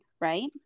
right